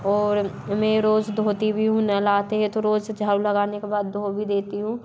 और मैं रोज धोती भी हूँ नहलाते है तो रोज झाड़ू लगाने के बाद धो भी देती हूँ